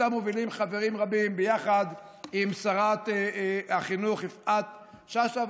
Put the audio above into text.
שאותה מובילים חברים רבים ביחד עם שרת החינוך יפעת שאשא.